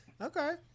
okay